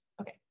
Okay